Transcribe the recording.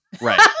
right